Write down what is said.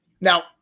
Now